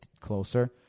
closer